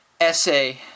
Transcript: essay